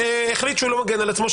שהחליט שהוא לא מגן על עצמו,